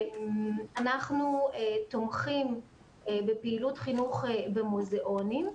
אנחנו תומכים בפעילות חינוך במוזיאונים.